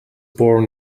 born